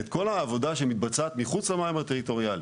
את כל העבודה שמתבצעת מחוץ למים הטריטוריאליים,